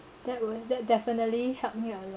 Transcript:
that were that definitely helped me a lot